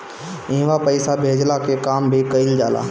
इहवा पईसा भेजला के काम भी कइल जाला